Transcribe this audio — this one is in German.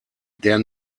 der